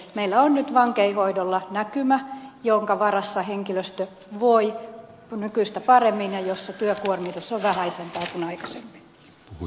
meillä on nyt vankeinhoidolla näkymä jonka varassa henkilöstö voi nykyistä paremmin ja jossa työkuormitus on vähäisempää kuin aikaisemmin